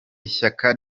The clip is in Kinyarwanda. ishyaka